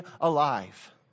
alive